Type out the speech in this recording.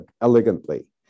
elegantly